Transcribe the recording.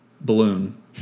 balloon